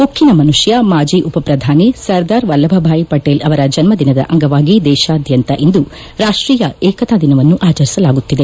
ಉಕ್ಕಿನ ಮನುಷ್ಕ ಮಾಜಿ ಉಪಪ್ರಧಾನಿ ಸರ್ದಾರ್ ವಲ್ಲಭ ಬಾಯ್ ಪಟೇಲ್ ಅವರ ಜನ್ನ ದಿನದ ಅಂಗವಾಗಿ ದೇಶಾದ್ಯಂತ ಇಂದು ರಾಷ್ವೀಯ ಏಕತಾ ದಿನವನ್ನು ಆಚರಿಸಲಾಗುತ್ತಿದೆ